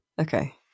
Okay